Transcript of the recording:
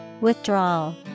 Withdrawal